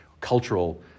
cultural